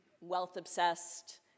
wealth-obsessed